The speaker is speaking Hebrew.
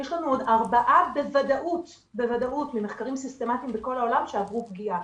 יש לנו עוד ארבעה בוודאות ממחקרים סיסטמתיים בכל העולם שעברו פגיעה.